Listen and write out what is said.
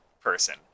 person